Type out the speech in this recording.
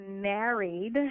married